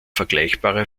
vergleichbare